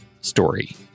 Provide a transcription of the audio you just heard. story